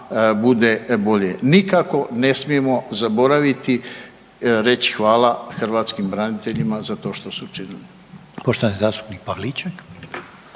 bude bolje. Nikako ne smijemo zaboraviti reći hvala hrvatskim braniteljima za to što su učinili.